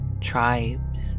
...tribes